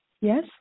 Yes